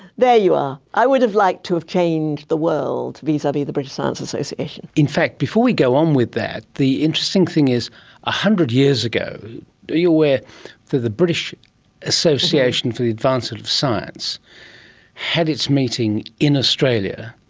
there you are, i would have liked to have changed the world vis-a-vis the british science association. in fact before we go on um with that, the interesting thing is ah hundred years ago are you aware that the british association for the advancement of science had its meeting in australia,